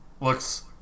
looks